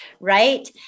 right